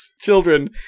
Children